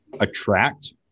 attract